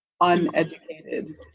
uneducated